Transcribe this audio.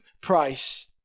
price